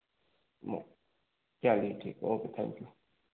चलिए ठीक है ओके थैंक यू